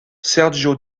sergio